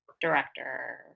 director